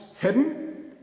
hidden